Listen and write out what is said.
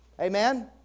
Amen